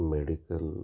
medical